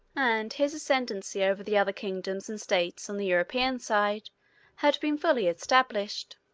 and his ascendency over the other kingdoms and states on the european side had been fully established.